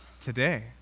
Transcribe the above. today